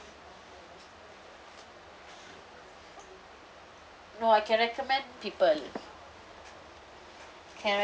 no I can recommend people can